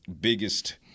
biggest